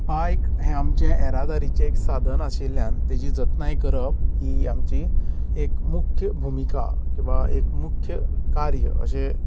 बायक हे आमचे एरादारीचे साधन आशिल्यान ताची जतनाय करप ही आमची एक मुख्य भूमिका किव्हा एक मुख्य कार्य अशे